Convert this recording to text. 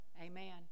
Amen